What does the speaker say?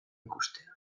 ikustea